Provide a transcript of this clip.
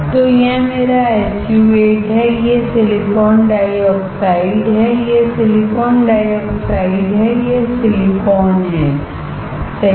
तो यह मेरा SU 8 है यह सिलिकॉन डाइऑक्साइडहै यह सिलिकॉन डाइऑक्साइड है यह सिलिकॉन है सही